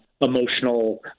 emotional